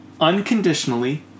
unconditionally